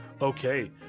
Okay